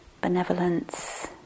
benevolence